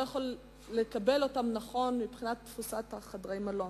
יכול לקבל אותם מבחינת תפוסת חדרי המלון.